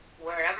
wherever